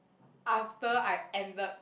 after I ended